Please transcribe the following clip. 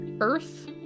earth